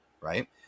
right